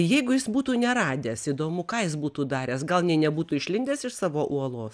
jeigu jis būtų neradęs įdomu ką jis būtų daręs gal nė nebūtų išlindęs iš savo uolos